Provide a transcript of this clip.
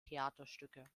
theaterstücke